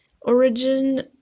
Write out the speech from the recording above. origin